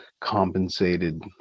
compensated